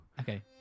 Okay